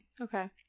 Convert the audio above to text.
Okay